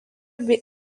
bei